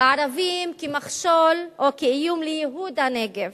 "הערבים כמכשול או כאיום לייהוד הנגב".